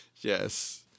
Yes